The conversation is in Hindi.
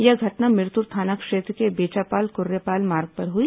यह घटना भिरतुर थाना क्षेत्र में बेचापाल कुर्रेपाल मार्ग पर हुई